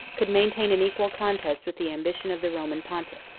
could maintain an equal contest with the ambition of the roman pontiff.